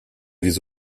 les